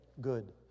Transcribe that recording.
good